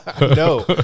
No